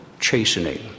chastening